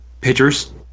pitchers